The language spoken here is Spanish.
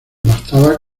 bastaba